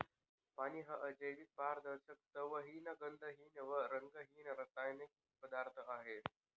पाणी हा अजैविक, पारदर्शक, चवहीन, गंधहीन आणि रंगहीन रासायनिक पदार्थ आहे